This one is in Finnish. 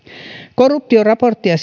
korruptioraportti ja